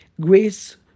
Grace